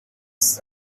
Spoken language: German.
ist